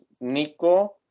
Nico